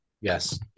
Yes